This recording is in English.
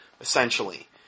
essentially